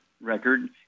record